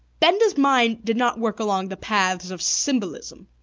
benda's mind did not work along the paths of symbolism.